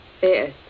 Yes